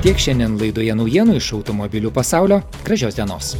tiek šiandien laidoje naujienų iš automobilių pasaulio gražios dienos